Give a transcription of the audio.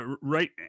right